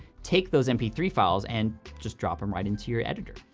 take those m p three files, and just drop em right into your editor.